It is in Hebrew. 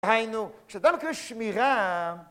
היינו, כשאתה מכניס שמירה...